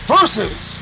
Versus